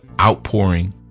outpouring